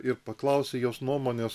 ir paklausė jos nuomonės